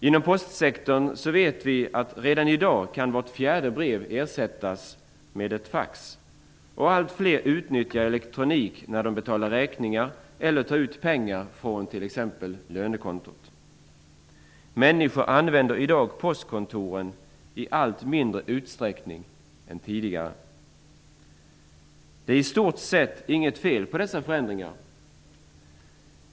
Inom postsektorn vet vi att redan i dag kan vart fjärde brev ersättas av ett fax, och allt fler utnyttjar elektronik när de betalar räkningar eller tar ut pengar från t.ex. lönekontot. Människor använder i dag postkontoren i allt mindre utsträckning än tidigare. Det är i stort sett inget fel på dessa förändringar.